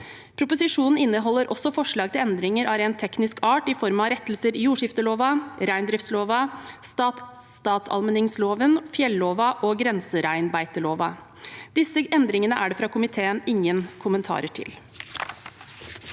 Proposisjonen inneholder også forslag til endringer av rent teknisk art i form av rettelser i jordskifteloven, reindriftsloven, statsallmenningsloven, fjelloven og grensereinbeiteloven. Disse endringene er det fra komiteen ingen kommentarer til.